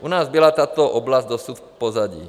U nás byla tato oblast dosud v pozadí.